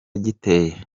giteye